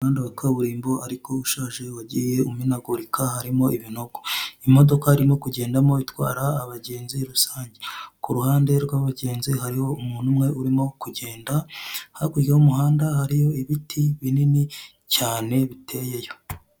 Umuhanda wa kaburimbo ariko ushaje wagiye umenagurika harimo ibinogo. Imodoka irimo kugendamo itwara abagenzi rusange, kuruhande rw'umugenzi hariho umuntu umwe urimo kugenda, hakurya y'umuhanda hariyo ibiti binini cyane biteye yo.